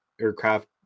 aircraft